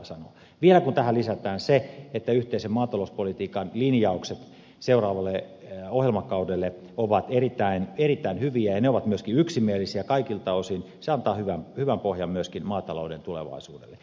vielä kun tähän lisätään se että yhteisen maatalouspolitiikan linjaukset seuraavalle ohjelmakaudelle ovat erittäin hyviä ja ne ovat myöskin yksimielisiä kaikilta osin se antaa hyvän pohjan myöskin maatalouden tulevaisuudelle